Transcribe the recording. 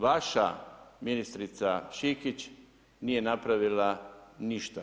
Vaša ministrica Šikić nije napravila ništa.